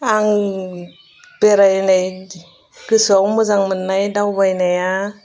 आं बेरायनाय गोसोआव मोजां मोननाय दावबायनाया